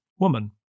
woman